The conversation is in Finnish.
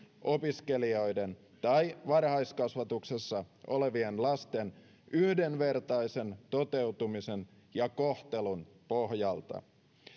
opiskelijoiden tai varhaiskasvatuksessa olevien lasten yhdenvertaisen toteutumisen ja kohtelun pohjalta